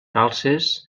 calzes